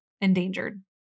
endangered